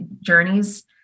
journeys